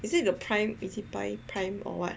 is it the prime Ezbuy prime or what